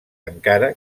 encara